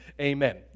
amen